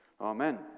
amen